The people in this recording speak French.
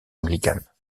anglicane